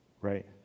Right